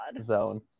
zone